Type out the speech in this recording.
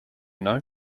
know